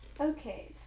Okay